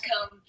come